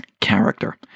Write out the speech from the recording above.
character